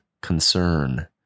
concern